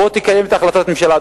בוא תקיים את החלטת הממשלה,